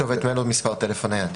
כתובת מייל או מספר טלפון נייד.